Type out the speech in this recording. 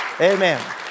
Amen